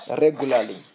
regularly